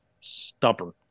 stubborn